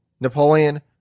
Napoleon